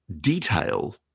detail